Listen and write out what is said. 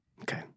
Okay